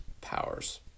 powers